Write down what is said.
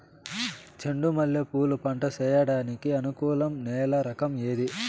చెండు మల్లె పూలు పంట సేయడానికి అనుకూలం నేల రకం ఏది